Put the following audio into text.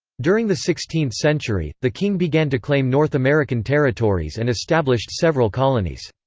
during the sixteenth century, the king began to claim north american territories and established several colonies.